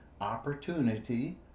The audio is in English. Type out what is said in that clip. opportunity